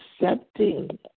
accepting